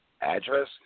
address